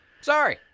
Sorry